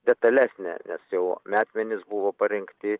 detalesnė nes jau metmenys buvo parengti